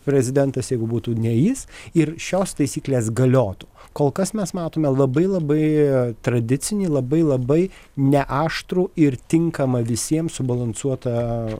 prezidentas jeigu būtų ne jis ir šios taisyklės galiotų kol kas mes matome labai labai tradicinį labai labai ne aštrų ir tinkamą visiems subalansuotą